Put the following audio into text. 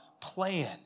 plan